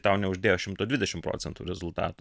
tau neuždėjo šimto dvidešim procentų rezultatų